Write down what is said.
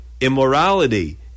immorality